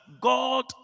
God